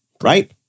right